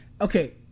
Okay